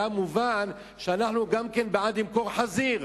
היה מובן שאנחנו גם כן בעד למכור חזיר.